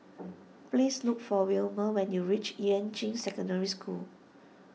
please look for Wilmer when you reach Yuan Ching Secondary School